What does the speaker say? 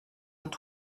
aux